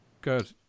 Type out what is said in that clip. Good